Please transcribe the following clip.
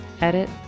edit